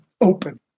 open